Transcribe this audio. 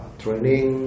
training